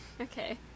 Okay